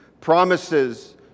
promises